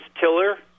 tiller